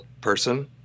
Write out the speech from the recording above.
person